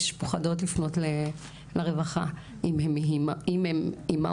פוחדות לפנות לרווחה אם הן אימהות.